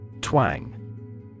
Twang